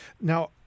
Now